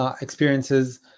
experiences